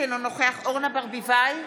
אינו נוכח אורנה ברביבאי,